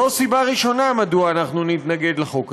זו סיבה אחת מדוע אנחנו נתנגד לחוק הזה.